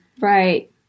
Right